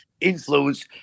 influence